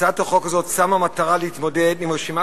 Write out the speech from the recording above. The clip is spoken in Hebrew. הצעת החוק הזאת שמה מטרה להתמודד עם רשימה